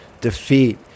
defeat